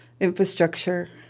Infrastructure